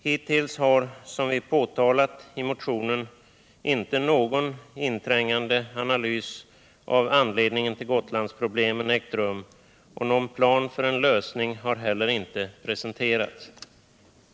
Hittills har, som vi har påtalat i motionen, inte någon inträngande analys av anledningen till Gotlands problem gjorts och någon plan för en lösning har heller inte presenterats.